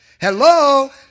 Hello